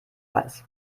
weiß